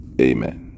Amen